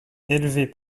élevée